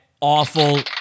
awful